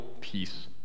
peace